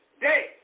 day